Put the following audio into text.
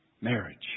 marriage